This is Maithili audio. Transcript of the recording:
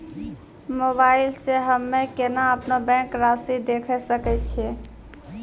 मोबाइल मे हम्मय केना अपनो बैंक रासि देखय सकय छियै?